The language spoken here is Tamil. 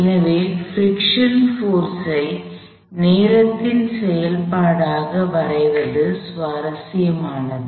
எனவே பிரிக்ஷன் போர்ஸ் ஐ நேரத்தின் செயல்பாடாக வரைவது சுவாரஸ்யமானது